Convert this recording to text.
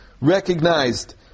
recognized